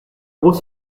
gros